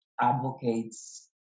advocates